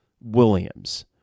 Williams